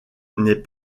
n’est